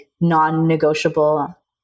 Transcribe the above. non-negotiable